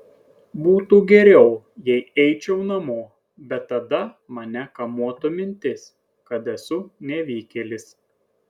būtų geriau jei eičiau namo bet tada mane kamuotų mintis kad esu nevykėlis